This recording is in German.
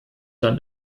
dann